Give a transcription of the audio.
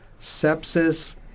sepsis